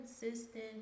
consistent